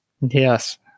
Yes